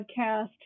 podcast